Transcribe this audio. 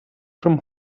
from